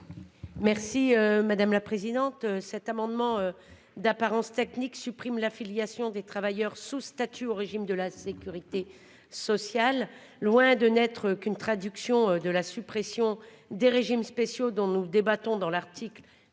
merci madame la présidente.